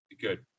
Good